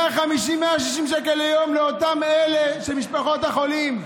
160-150 שקל ליום לאותם אלה, משפחות החולים.